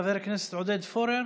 חבר הכנסת עודד פורר,